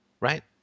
right